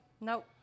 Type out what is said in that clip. Nope